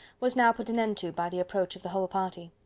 was now put an end to by the approach of the whole party.